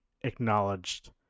acknowledged